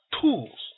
tools